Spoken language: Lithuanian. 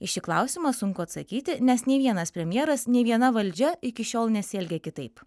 į šį klausimą sunku atsakyti nes nė vienas premjeras nė viena valdžia iki šiol nesielgė kitaip